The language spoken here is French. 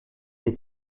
est